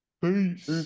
Peace